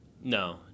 No